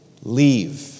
leave